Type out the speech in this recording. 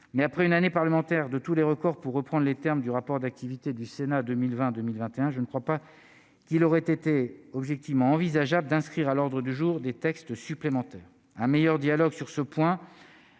mais après une année parlementaire de tous les records pour reprend les termes du rapport d'activité du Sénat 2020, 2021, je ne crois pas qu'il aurait été objectivement envisageable d'inscrire à l'ordre du jour des textes supplémentaires, un meilleur dialogue sur ce point